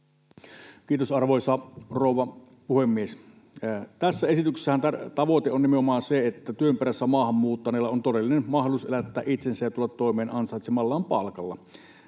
Kiitos, arvoisa rouva puhemies! Tässä esityksessähän tavoite on nimenomaan se, että työn perässä maahan muuttaneilla on todellinen mahdollisuus elättää itsensä ja tulla toimeen ansaitsemallaan palkalla.